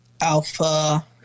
Alpha